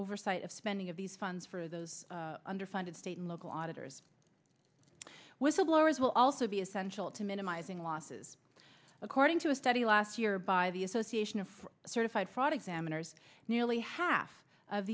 oversight of spending of these funds for those underfunded state and local auditors whistleblowers will also be essential to minimizing losses according to a study last year by the association of certified fraud examiners nearly half of